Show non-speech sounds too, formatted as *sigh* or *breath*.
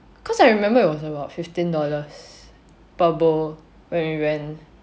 cause I remember it was about fifteen dollars *breath* per bowl when we went